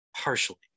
Partially